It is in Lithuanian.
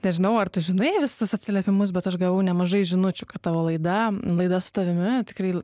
nežinau ar tu žinai visus atsiliepimus bet aš gavau nemažai žinučių kad tavo laida laida su tavimi tikrai